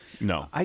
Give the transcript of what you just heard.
no